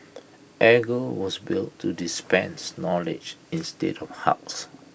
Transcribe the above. edgar was built to dispense knowledge instead of hugs